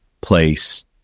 place